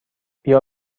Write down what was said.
بیا